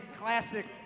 classic